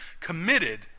committed